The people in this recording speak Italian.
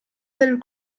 del